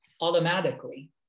automatically